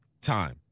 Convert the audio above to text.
time